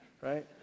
Right